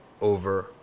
over